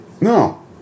No